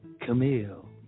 Camille